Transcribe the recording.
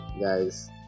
guys